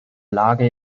lage